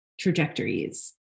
trajectories